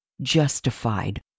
justified